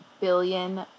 billion